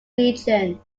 region